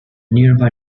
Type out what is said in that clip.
nearby